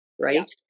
right